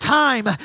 time